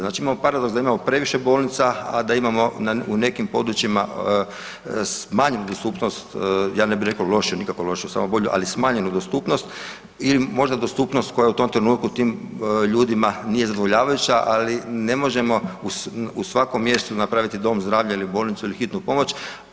Znači imamo paradoks da imamo previše bolnica, a da imamo u nekim područjima manju dostupnost, ja ne bi rekao lošu, nikako lošiju samo bolju, ali smanjenu dostupnost ili možda dostupnost koja je u tom trenutku tim ljudima nije zadovoljavajuća, ali ne možemo u svakom mjestu napraviti dom zdravlja ili bolnicu ili hitnu pomoć.